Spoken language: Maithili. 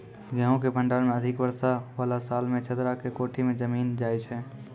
गेहूँ के भंडारण मे अधिक वर्षा वाला साल मे चदरा के कोठी मे जमीन जाय छैय?